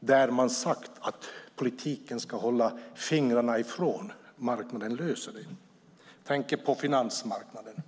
där man har sagt att politiken ska hålla fingrarna borta och att marknaden ska lösa det hela. Jag tänker på finansmarknaden.